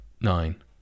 nine